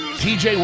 tj